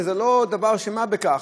וזה לא דבר של מה בכך,